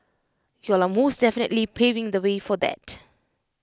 y'all are most definitely paving the way for that